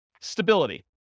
Stability